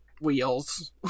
wheels